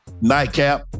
Nightcap